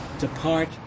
Depart